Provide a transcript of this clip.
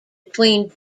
between